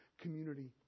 community